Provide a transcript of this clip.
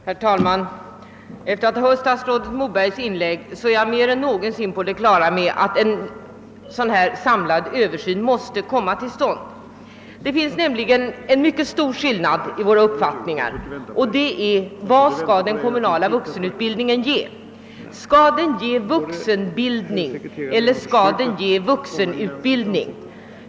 Herr talman! Efter att ha hört statsrådet Mobergs inlägg är jag mer än någonsin på det klara med att en samlad översyn måste komma till stånd. Det finns nämligen en mycket stor skillnad i våra uppfattningar om vad den kommunala vuxenutbildningen skall ge. Skall den ge vuxenbildning eller vuxenutbildning?